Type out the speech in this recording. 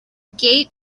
gate